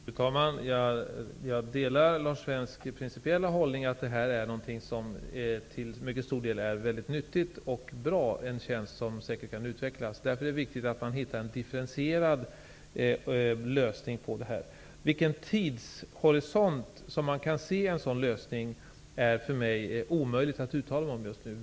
Fru talman! Jag delar Lars Svensks principiella hållning att det här är någonting som till mycket stor del är väldigt nyttigt och bra, en tjänst som säkert kan utvecklas. Därför är det viktigt att man hittar en differentierad lösning på problemet. I vilket tidsperspektiv man kan se en lösning är för mig omöjligt att säga.